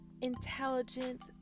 intelligent